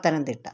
Pathanamthitta